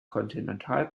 continental